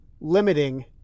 limiting